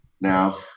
now